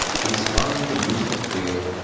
he spun the useless wheel.